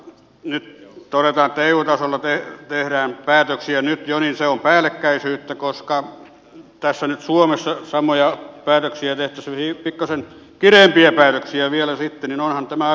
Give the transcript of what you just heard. nyt kun todetaan että kun eu tasolla tehdään päätöksiä nyt jo niin se on päällekkäisyyttä koska tässä nyt suomessa samoja päätöksiä tehtäisiin pikkasen kireämpiä päätöksiä vielä sitten niin onhan tämä aivan käsittämätöntä